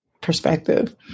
Perspective